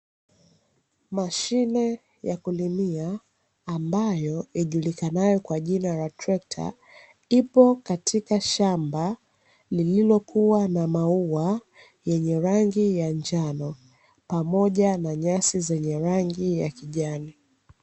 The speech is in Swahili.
Mashine ya kulimia mbayo ijulikanayo kwa jina la trekta, ipo katika shamba lililokua na maua yenye rangi ya njano pamoja na nyasi zenye rangi ya kijani.